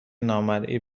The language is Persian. نامرئی